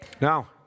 Now